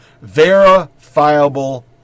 Verifiable